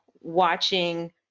watching